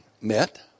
met